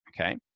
okay